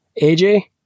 AJ